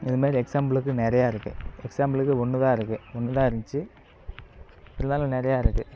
இதுமாதிரி எக்ஸ்சாம்பிளுக்கு நிறையா இருக்குது எக்ஸ்சாம்பிளுக்கு ஒன்றுதான் இருக்குது ஒன்றுதான் இருந்திச்சு இருந்தாலும் நிறையா இருக்குது